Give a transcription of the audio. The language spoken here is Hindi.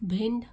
भिंड